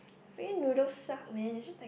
plain noodles suck man it's just like